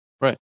Right